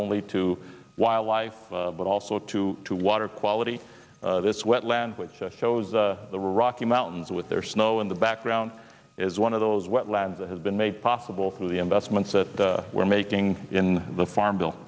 only to wildlife but also to the water quality this wetland which shows the rocky mountains with their snow in the background is one of those wetlands that has been made possible through the investments that we're making in the farm bill